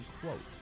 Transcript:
quote